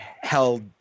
held